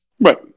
Right